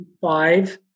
five